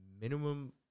minimum